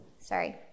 sorry